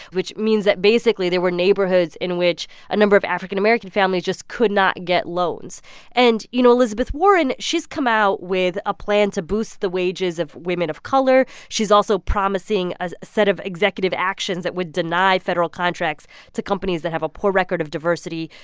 which means that, basically, there were neighborhoods in which a number of african-american families just could not get loans and, you know, elizabeth warren she's come out with a plan to boost the wages of women of color. she's also promising a set of executive actions that would deny federal contracts to companies that have a poor record of diversity.